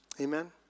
Amen